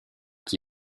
qui